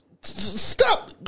Stop